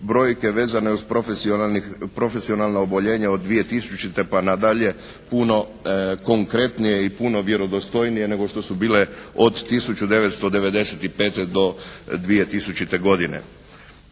profesionalni, profesionalna oboljenja od 2000. pa na dalje puno konkretnija i puno vjerodostojnije nego što su bile od 1995. do 2000. godine.